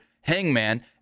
Hangman